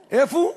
איפה?